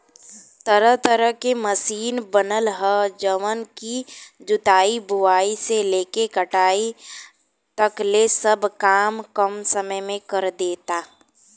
तरह तरह के मशीन बनल ह जवन की जुताई, बुआई से लेके कटाई तकले सब काम कम समय में करदेता